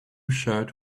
shirt